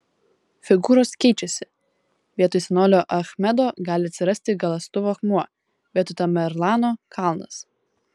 figūros keičiasi vietoj senolio achmedo gali atsirasti galąstuvo akmuo vietoj tamerlano kalnas